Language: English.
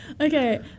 Okay